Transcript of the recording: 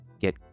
get